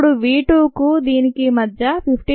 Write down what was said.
అప్పుడు v 2 దీని కీ మధ్య 15